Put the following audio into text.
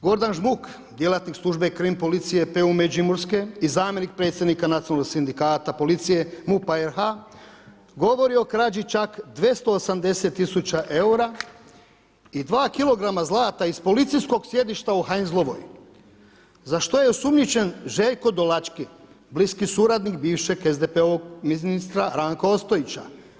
Gordan Žmuk, djelatnik službe krim policije PU Međimurske i zamjenik predsjednika nacionalnog sindikata policije MUP-a RH govori o krađi čak 280 tisuća eura i 2 kg zlata iz policijskog sjedišta u Heinzlovoj, za što je osumnjičen Željko Dolački, bliski suradnik bivšeg SDP-ovog ministra Ranka Ostojića.